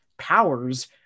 powers